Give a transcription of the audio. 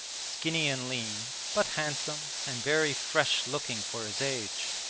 skinny and lean, but handsome and very fresh-looking for his age.